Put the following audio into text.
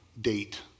date